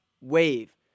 Wave